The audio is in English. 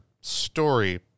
story